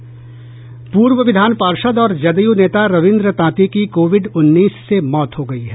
पूर्व विधान पार्षद् और जदयू नेता रविन्द्र तांती की कोविड उन्नीस से मौत हो गयी है